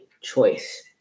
choice